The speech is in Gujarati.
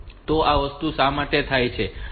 તો આ વસ્તુ શા માટે થાય છે